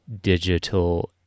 digital